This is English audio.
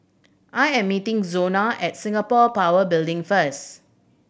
I am meeting Zona at Singapore Power Building first